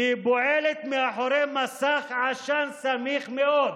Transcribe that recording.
והיא פועלת מאחורי מסך עשן סמיך מאוד.